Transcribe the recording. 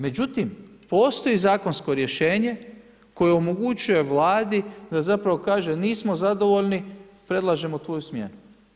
Međutim, postoji zakonsko rješenje koje omogućuje Vladi da zapravo kaže nismo zadovoljni, predlažemo tvoju smjenu.